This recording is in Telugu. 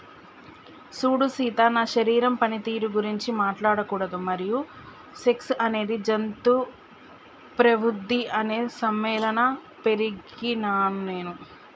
సూడు సీత నా శరీరం పనితీరు గురించి మాట్లాడకూడదు మరియు సెక్స్ అనేది జంతు ప్రవుద్ది అని నమ్మేలా పెరిగినాను నేను